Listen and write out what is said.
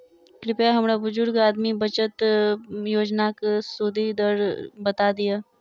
कृपया हमरा बुजुर्ग आदमी बचत योजनाक सुदि दर बता दियऽ